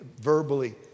verbally